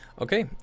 Okay